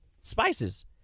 spices